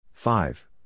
Five